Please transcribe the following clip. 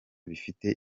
bifite